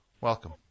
Welcome